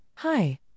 Hi